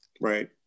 Right